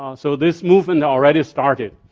um so this movement already started.